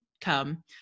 come